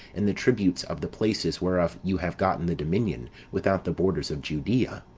and the tributes of the places whereof you have gotten the dominion without the borders of judea.